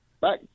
back